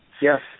Yes